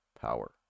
power